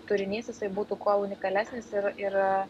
turinys jisai būtų kuo unikalesnis ir ir